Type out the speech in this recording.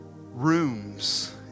rooms